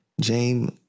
James